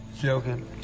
joking